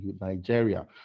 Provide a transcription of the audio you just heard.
Nigeria